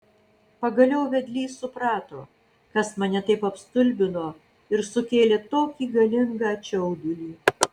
pagaliau vedlys suprato kas mane taip apstulbino ir sukėlė tokį galingą čiaudulį